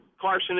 Carson